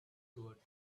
toward